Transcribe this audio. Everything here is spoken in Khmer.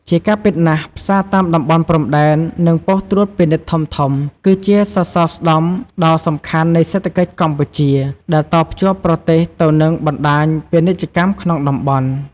ជាការពិតណាស់ ផ្សារតាមតំបន់ព្រំដែន និងប៉ុស្តិ៍ត្រួតពិនិត្យធំៗ គឺជា សរសរស្តម្ភដ៏សំខាន់ នៃសេដ្ឋកិច្ចកម្ពុជា ដែលតភ្ជាប់ប្រទេសទៅនឹងបណ្តាញពាណិជ្ជកម្មក្នុងតំបន់។